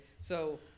so-